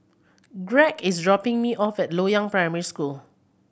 Greg is dropping me off at Loyang Primary School